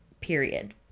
period